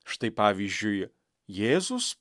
štai pavyzdžiui jėzus